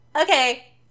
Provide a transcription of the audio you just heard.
okay